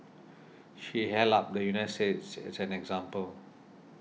she held up the United States as an example